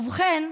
ובכן,